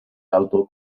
alto